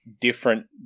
different